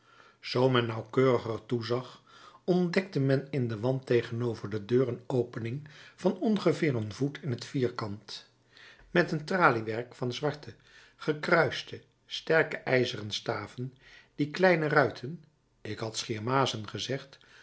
men nauwkeuriger toezag ontdekte men in den wand tegenover de deur een opening van ongeveer een voet in t vierkant met een traliewerk van zwarte gekruiste sterke ijzeren staven die kleine ruiten ik had schier mazen gezegd